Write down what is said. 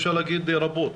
אפשר להגיד,